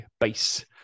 base